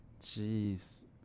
Jeez